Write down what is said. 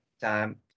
time